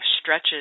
stretches